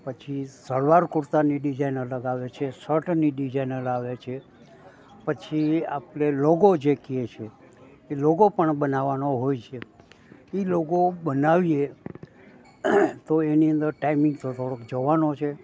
પછી સલવાર કુરતાની ડિજાઇન અલગ આવે છે શર્ટની ડિઝાઇનલ આવે છે પછી આપણે લોગો જે કહીએ છે એ લોગો પણ બનાવવાનો હોય છે એ લોગો બનાવીએ તો એની અંદર ટાઈમિંગ તો થોડોક જવાનો છે